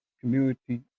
Community